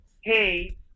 hey